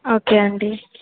okay అండి